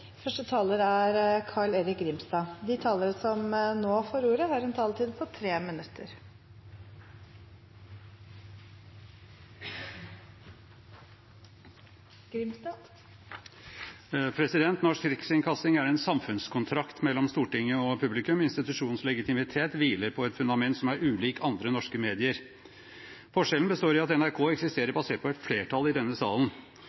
taletid på inntil 3 minutter. Norsk rikskringkasting er en samfunnskontrakt mellom Stortinget og publikum. Institusjonens legitimitet hviler på et fundament som er ulikt andre norske mediers. Forskjellen består i at NRK eksisterer basert på et flertall i denne salen.